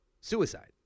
suicide